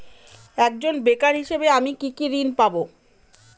একজন বেকার হিসেবে আমি কি কি ঋণ পাব?